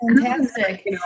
Fantastic